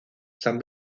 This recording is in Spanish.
san